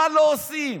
מה לא עושים?